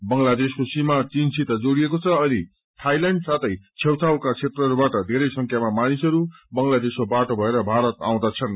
बंगलादेशको सीमा चीनसित जोड़िएको छ अनि थाइल्याण्ड साथै छेउछाउका क्षेत्रहरूबाट धेरै संख्यामा मानिसहरू बंगलादेशीको बाटो भएर भारत आउँदछन्